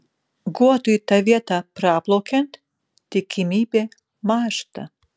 guotui tą vietą praplaukiant tikimybė mąžta